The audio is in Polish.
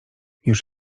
już